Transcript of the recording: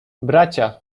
bracia